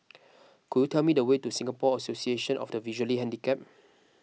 could you tell me the way to Singapore Association of the Visually Handicapped